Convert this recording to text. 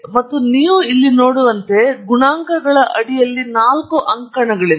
ಮತ್ತು ನೀವು ಇಲ್ಲಿ ನೋಡುವಂತೆ ಗುಣಾಂಕಗಳ ಅಡಿಯಲ್ಲಿ ನಾಲ್ಕು ಅಂಕಣಗಳಿವೆ